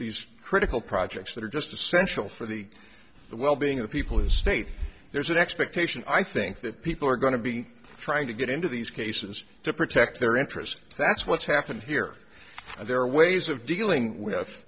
these critical projects that are just essential for the the well being of people is state there's an expectation i think that people are going to be trying to get into these cases to protect their interests and that's what's happened here and there are ways of dealing with